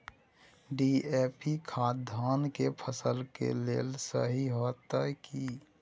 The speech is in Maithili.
डी.ए.पी खाद धान के फसल के लेल सही होतय की?